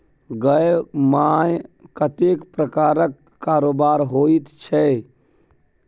गै माय कतेक प्रकारक कारोबार होइत छै